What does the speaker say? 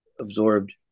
absorbed